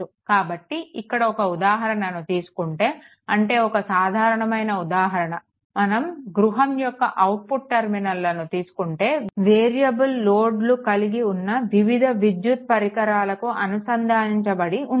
కాబట్టి ఇక్కడ ఒక ఉదాహరణను తీసుకుంటే అంటే ఒక సాధారణమైన ఉదాహరణ మన గృహం యొక్క అవుట్లెట్ టర్మినల్ను తీసుకుంటే వేరియబుల్ లోడ్ను కలిగి ఉన్న వివిధ విద్యుత్ పరికరాలకు అనుసంధానించబడి ఉంటుంది